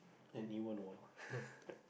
anyone !walao!